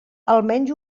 almenys